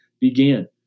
began